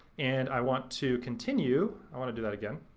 and i want to continue, i wanna do that again,